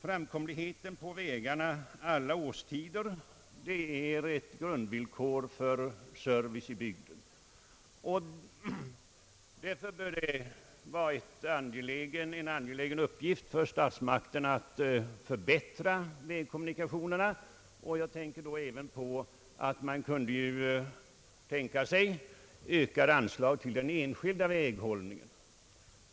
Framkomligheten på vägarna under alla årstider är ett grundvillkor för service i bygderna. Därför bör det vara en angelägen uppgift för statsmakterna att förbättra vägkommunikationerna. Man kan även tänka sig ökade anslag till den enskilda väghållningen.